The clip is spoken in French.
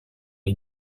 les